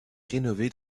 rénové